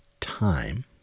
time